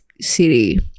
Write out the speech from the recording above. city